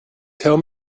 tell